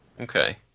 Okay